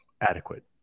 Adequate